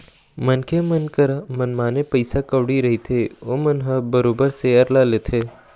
मनखे मन करा मनमाने पइसा कउड़ी रहिथे ओमन ह बरोबर सेयर ल लेथे